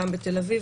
גם בתל אביב,